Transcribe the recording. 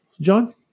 John